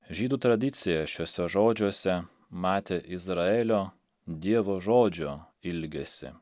žydų tradicija šiuose žodžiuose matė izraelio dievo žodžio ilgesį